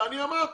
ואני אמרתי,